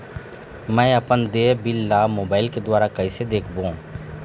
मैं अपन देय बिल ला मोबाइल के द्वारा कइसे देखबों?